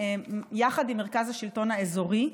יחד עם מרכז השלטון האזורי,